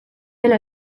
dela